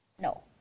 No